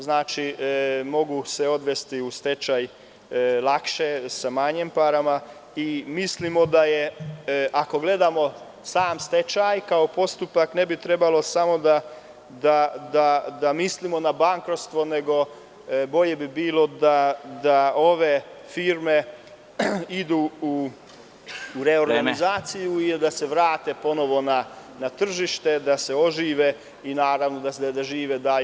Znači, mogu se odvesti u stečaj lakše, sa manje para i mislimo da je, ako gledamo sam stečaj kao postupak, ne bi trebalo samo da mislimo na bankrotstvo, nego bolje bi bilo da ove firme idu u reorganizaciju ili da se vrate ponovo na tržište, da se ožive i, naravno, da žive dalje.